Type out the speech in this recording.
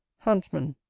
huntsman.